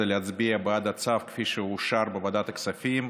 להצביע בעד הצו כפי שאושר בוועדת הכספים.